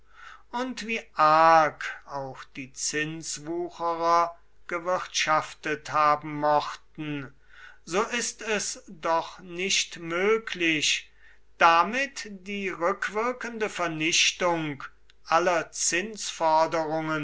und wie arg auch die zinswucherer gewirtschaftet haben mochten so ist es doch nicht möglich damit die rückwirkende vernichtung aller